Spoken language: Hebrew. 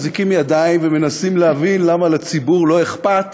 מחזיקים ידיים ומנסים להבין למה לציבור לא אכפת